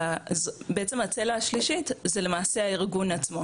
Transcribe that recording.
בעצם, הצלע השלישית זה למעשה הארגון עצמו.